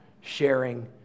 sharing